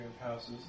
houses